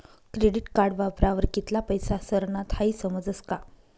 credit card वापरावर कित्ला पैसा सरनात हाई समजस का